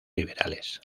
liberales